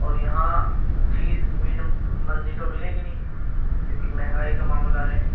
اور یہاں چیز مندی تو ملے گی نہیں کیونکہ مہنگائی کا معاملہ ہے